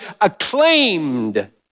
acclaimed